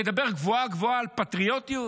לדבר גבוהה-גבוהה על פטריוטיות,